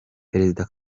perezida